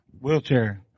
Wheelchair